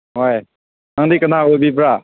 ꯍꯣꯏ ꯅꯪꯗꯤ ꯀꯅꯥ ꯑꯣꯏꯕꯤꯕ꯭ꯔꯥ